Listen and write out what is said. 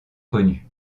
connu